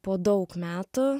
po daug metų